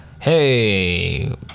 Hey